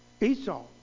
Esau